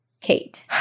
Kate